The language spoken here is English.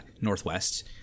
Northwest